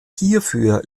hierfür